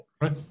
right